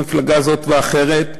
ממפלגה זו או אחרת.